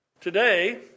Today